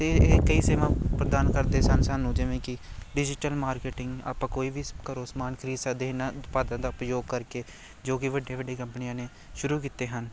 ਅਤੇ ਇਹ ਕਈ ਸੇਵਾ ਪ੍ਰਦਾਨ ਕਰਦੇ ਸਨ ਸਾਨੂੰ ਜਿਵੇਂ ਕਿ ਡਿਜੀਟਲ ਮਾਰਕੀਟਿੰਗ ਆਪਾਂ ਕੋਈ ਵੀ ਘਰ ਤੋਂ ਸਮਾਨ ਖਰੀਦ ਸਕਦੇ ਇਨ੍ਹਾਂ ਉਤਪਾਦਾਂ ਦਾ ਉਪਯੋਗ ਕਰਕੇ ਜੋ ਕਿ ਵੱਡੀਆਂ ਵੱਡੀਆਂ ਕੰਪਨੀਆਂ ਨੇ ਸ਼ੁਰੂ ਕੀਤੇ ਹਨ